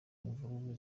imvururu